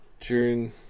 June